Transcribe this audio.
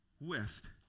west